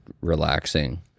relaxing